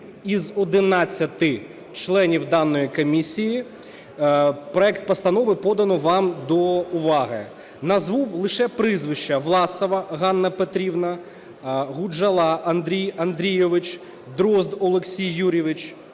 із 11 членів даної комісії. Проект постанови подано вам до уваги. Назву лише прізвища. Власова Ганна Петрівна, Гуджал Андрій Андрійович, Дрозд Олексій Юрійович,